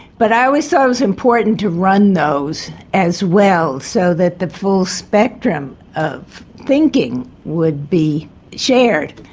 but i always thought it was important to run those as well so that the full spectrum of thinking would be shared.